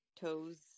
toes